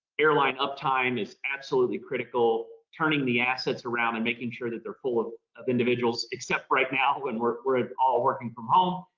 airline uptime is absolutely critical. turning the assets around and making sure that they're full of of individuals except right now when we're we're ah all working from home.